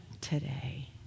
today